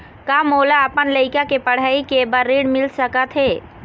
का मोला अपन लइका के पढ़ई के बर ऋण मिल सकत हे?